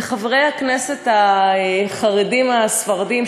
וחברי הכנסת החרדים הספרדים,